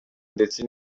ndetse